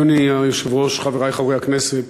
אדוני היושב-ראש, חברי חברי הכנסת,